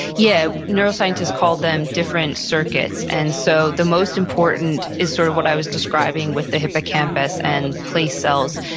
yeah. neuroscientists call them different circuits. and so the most important is sort of what i was describing with the hippocampus and place cells.